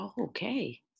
Okay